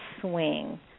swing